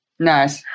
Nice